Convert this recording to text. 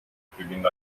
privind